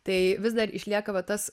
tai vis dar išlieka va tas